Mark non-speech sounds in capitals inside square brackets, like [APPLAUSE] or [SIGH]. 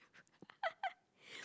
[LAUGHS]